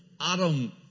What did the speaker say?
Adam